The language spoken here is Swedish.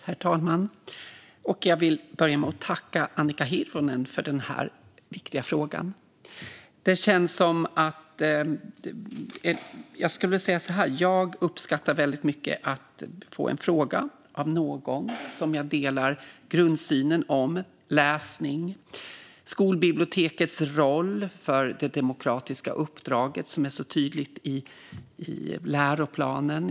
Herr talman! Jag vill börja med att tacka Annika Hirvonen för denna viktiga fråga. Jag uppskattar väldigt mycket att få en fråga av någon som jag delar grundsynen med när det gäller läsning och skolbibliotekets roll för det demokratiska uppdraget, som är så tydligt i läroplanen.